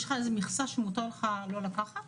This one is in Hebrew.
יש לך מכסה שמותר לך לא לקחת